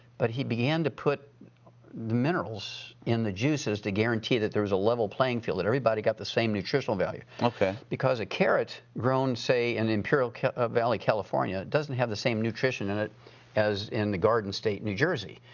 but he began to put the minerals in the juices to guarantee that there was a level playing field, that everybody got the same nutritional value. okay. because a carrot grown, say, and in pure ah valley, california doesn't have the same nutrition in it as in the garden state, new jersey.